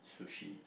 sushi